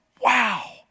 wow